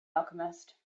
alchemist